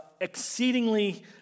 exceedingly